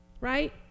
Right